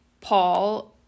paul